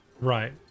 Right